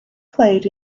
played